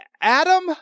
Adam